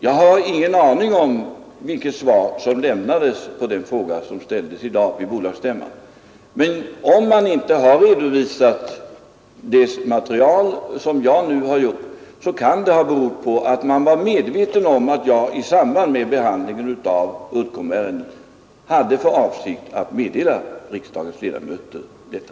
Jag har ingen aning om vilket svar som lämnades på den fråga som ställdes vid bolagsstämman i dag, men om man inte har redovisat det material som jag nu lämnat, kan det ha berott på att man var medveten om att jag i samband med behandlingen av Uddcombärendet hade för avsikt att meddela riksdagens ledamöter detta.